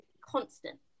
constant